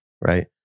right